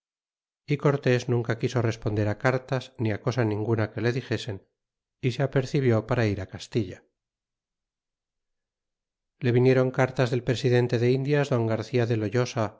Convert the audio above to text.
y cortes nunca quiso responder cartas ni cosa ninguna que le dixesen y se apercibió para ir castilla y le vinieron cartas del presidente de indias don garcia de loyosa